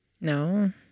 No